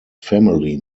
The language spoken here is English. family